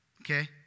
Okay